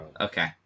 Okay